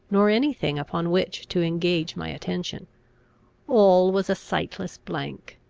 nor any thing upon which to engage my attention all was a sightless blank.